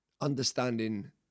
understanding